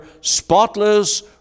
spotless